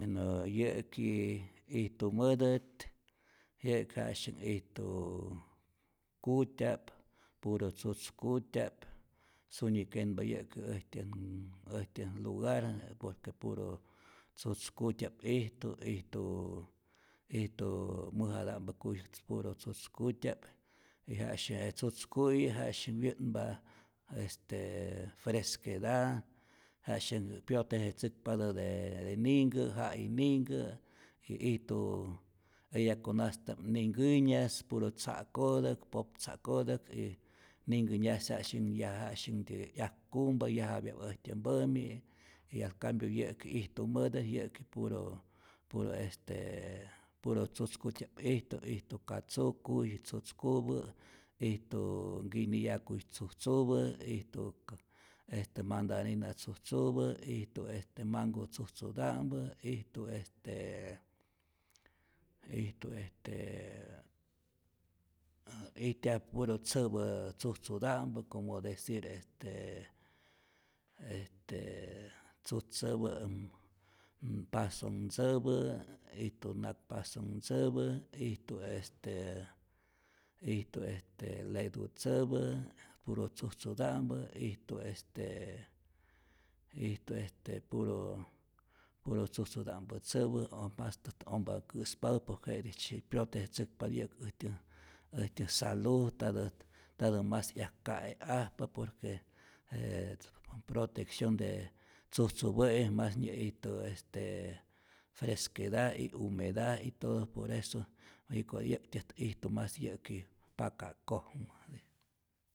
Weno yä'ki ijtumätät, yäki ja'syanh ijtuu kutyap, puro tzutz kutya'p, sunyi kenpa yä'ki äjtyän äjtyän lugar, por que puro tzutz kutya'p ijtu, ijtu ijtu mäjata'mpä kuy, puro tzutz kutya'p, y ja'äsyak je tzutzku'yi ja'sy wyä'npa fresqueda, ja'syanh protejetzäkpatä de de ninhkä, ja i ninhkä y ijtu eya konasta'p ninkänyas, puro tza'kotäk, poptza'kotäk y ninhkä nyajsi ja'sytyä nä yaja', jansytyä 'yak kumpa, yajapya äjtyä mpämi, y al cambio yä'ki ijtumätät, yä'ki puro puro estee puro tzutzkutya'p ijtu, ijtu katzukuy tzutzkupä, ijtu nkiniyakuy tzujtzupä, ijtu kä mandarina tzujtzupä, ijtu este manhko tzujtzuta'mpä, ijtu estee ijtu est ijtyaj puro tzäpä tzujtzuta'mpä como decir este este tzutz tzäpa m m, pasonh tzäpä, ijtu nakpasonh tzäpä, ijtu este ijtu este letu tzäpä, puro tzujtzuta'mpä, ijtu est ijtu estee puro puro tzujtzuta'mpä tzäpä äj mastät ompa kä'spatät por que je'tij tzyi protejetzäjkapya äjtya äjtya salud, ntatät ntatä mas 'yak ka'e'ajpa, por que je proteccion de tzujtzupä'i mas nyä'ijtu este fresqueda y humeda y todo por eso jiko yä'ktyät ijtu mas yä'ki paka'kojmä.